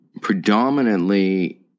predominantly